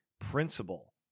principle